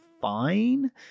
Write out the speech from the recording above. fine